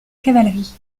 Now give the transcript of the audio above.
cavalerie